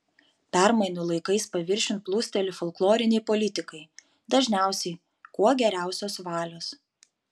permainų laikais paviršiun plūsteli folkloriniai politikai dažniausiai kuo geriausios valios